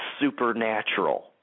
supernatural